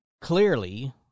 clearly